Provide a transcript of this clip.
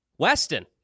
Weston